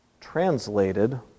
translated